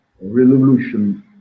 revolution